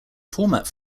format